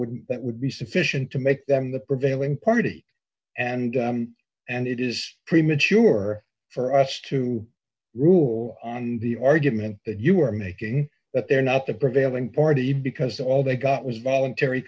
would that would be sufficient to make them the prevailing party and and it is premature for us to rule on the argument that you are making that they're not the prevailing party because all they got was voluntary